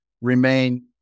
remain